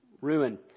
ruin